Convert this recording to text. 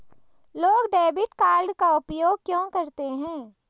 लोग debit card का उपयोग क्यों करते हैं?